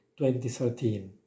2013